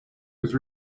his